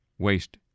waste